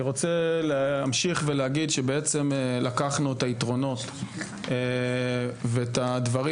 אני רוצה להמשיך ולהגיד שלקחנו את היתרונות ואת הדברים